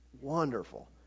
wonderful